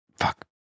fuck